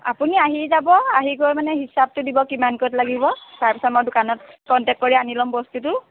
আপুনি আহি যাব আহিগৈ মানে হিচাপটো দিব কিমান ক'ত লাগিব তাৰপিছত মই দোকানত কণ্টেক্ট কৰি আনি ল'ম বস্তুটো